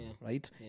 Right